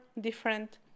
different